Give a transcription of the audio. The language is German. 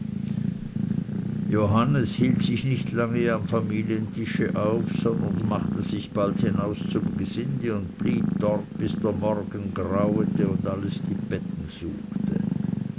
johannes hielt sich nicht lange am familientische auf sondern machte sich bald hinaus zum gesinde und blieb dort bis der morgen grauete und alles die betten suchte